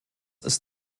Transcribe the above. ist